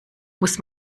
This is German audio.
muss